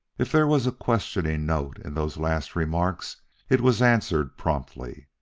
if there was a questioning note in those last remarks it was answered promptly.